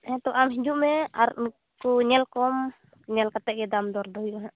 ᱦᱮᱛᱳ ᱟᱢ ᱦᱤᱡᱩᱜ ᱢᱮ ᱟᱨ ᱩᱱᱠᱩ ᱧᱮᱞ ᱠᱚᱢ ᱧᱮᱞ ᱠᱟᱛᱮᱫ ᱜᱮ ᱫᱟᱢ ᱫᱚᱨ ᱫᱚ ᱦᱩᱭᱩᱜᱼᱟ ᱦᱟᱸᱜ